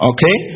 Okay